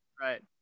right